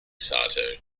sato